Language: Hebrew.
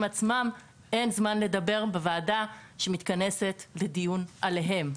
עצמם אין זמן לדבר בוועדה שמתכנסת לדיון עליהם.